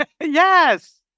Yes